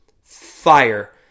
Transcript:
Fire